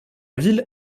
ville